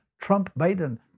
Trump-Biden